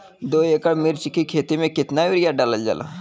दो एकड़ मिर्च की खेती में कितना यूरिया डालल जाला?